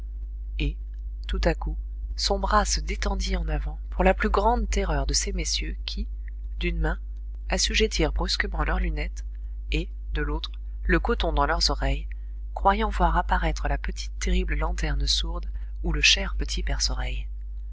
et tout à coup son bras se détendit en avant pour la plus grande terreur de ces messieurs qui d'une main assujettirent brusquement leurs lunettes et de l'autre le coton dans leurs oreilles croyant voir apparaître la petite terrible lanterne sourde ou le cher petit perce oreille